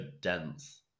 dense